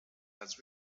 has